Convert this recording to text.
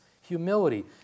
humility